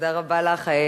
תודה רבה לך.